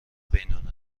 بین